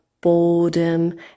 boredom